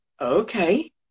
okay